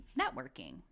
networking